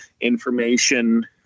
information